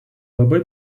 labai